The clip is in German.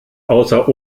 außer